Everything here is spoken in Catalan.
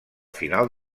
final